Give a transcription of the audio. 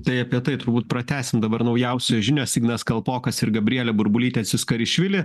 tai apie tai turbūt pratęsime dabar naujausios žinios ignas kalpokas ir gabrielė burbulytė tsiskarishvili